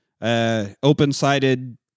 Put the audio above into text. open-sided